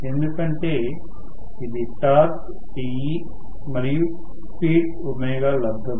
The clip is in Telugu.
ఎందుకంటే ఇది టార్క్ Te మరియు స్పీడ్ ω లబ్దము